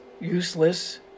useless